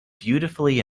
beautifully